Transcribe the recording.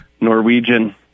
Norwegian